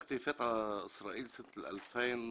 (מדבר בערבית).